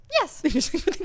yes